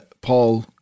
Paul